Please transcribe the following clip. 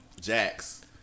Jax